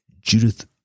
Judith